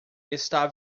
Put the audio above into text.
está